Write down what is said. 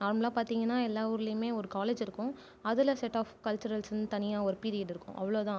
நார்மலாக பார்த்தீங்கன்னா எல்லா ஊர்லயுமே ஒரு காலேஜ் இருக்கும் அதில் செட் ஆஃப் கல்ச்சுரல்ஸ்னு தனியாக ஒரு பீரியட் இருக்கும் அவ்ளோதான்